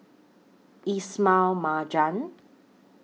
Ismail Marjan